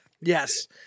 Yes